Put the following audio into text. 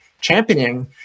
championing